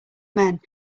men